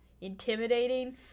intimidating